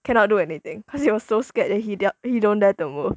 cannot do anything cause he was so scared that he del~ he don't dare to move